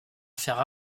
faire